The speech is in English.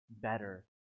better